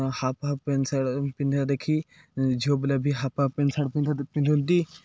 half half pant shirt ପିନ୍ଧା ଦେଖି ଝିଅ ପିଲା ବି ହାଫ୍ ହାଫ୍ ପେଣ୍ଟ୍ ସାର୍ଟ ପିନ୍ଧ ପିନ୍ଧନ୍ତି